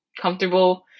comfortable